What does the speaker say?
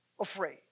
afraid